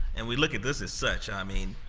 and we look at this as such. i mean,